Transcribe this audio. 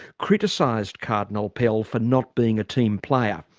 criticised cardinal pell for not being a team player.